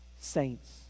saints